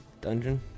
Dungeon